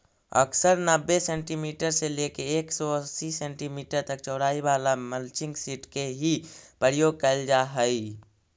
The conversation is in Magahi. अक्सर नब्बे सेंटीमीटर से लेके एक सौ अस्सी सेंटीमीटर तक चौड़ाई वाला मल्चिंग सीट के ही प्रयोग कैल जा हई